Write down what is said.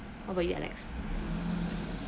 how about you alex